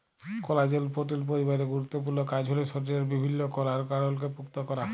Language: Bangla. কলাজেল পোটিল পরিবারের গুরুত্তপুর্ল কাজ হ্যল শরীরের বিভিল্ল্য কলার গঢ়লকে পুক্তা ক্যরা